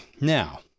now